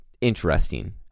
interesting